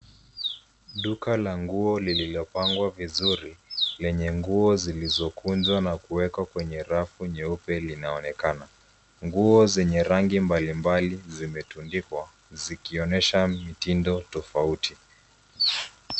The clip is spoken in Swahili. Duka a nguo lililopangwa vizuri, lenye nguo zilizokunjwa na kuwekwa kwenye rafu nyeupe zinaonekana. Nguo zanye rangi mbalimbali zimetundikwa zikionesha mitindo tofauti.